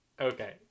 Okay